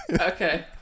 okay